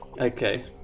okay